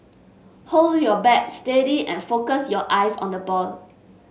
hold your bat steady and focus your eyes on the ball